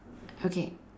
okay